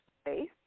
space